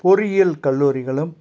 பொறியியல் கல்லூரிகளும்